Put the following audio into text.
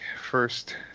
first